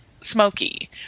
smoky